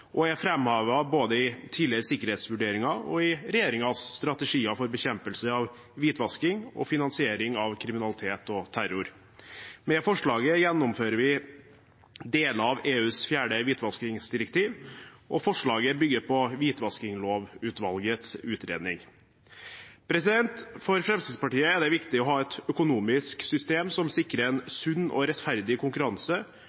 og er framhevet både i tidligere sikkerhetsvurderinger og i regjeringens strategier for bekjempelse av hvitvasking og finansiering av kriminalitet og terror. Med forslaget gjennomfører vi deler av EUs fjerde hvitvaskingsdirektiv, og forslaget bygger på Hvitvaskinglovutvalgets utredning. For Fremskrittspartiet er det viktig at vi har et økonomisk system som sikrer